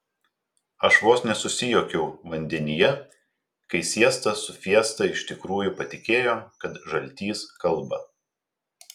aš vos nesusijuokiau vandenyje kai siesta su fiesta iš tikrųjų patikėjo kad žaltys kalba